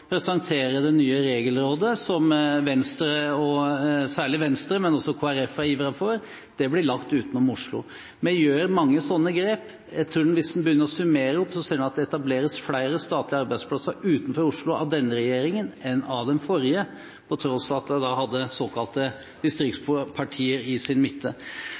også Kristelig Folkeparti har ivret for. Det blir lagt utenom Oslo. Vi gjør mange slike grep. Jeg tror at hvis en begynner å summere opp, ser en at det etableres flere statlige arbeidsplasser utenfor Oslo av denne regjeringen enn av den forrige, på tross av at den hadde såkalte distriktspartier i sin midte.